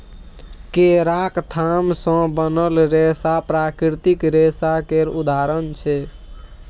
केराक थाम सँ बनल रेशा प्राकृतिक रेशा केर उदाहरण छै